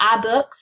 iBooks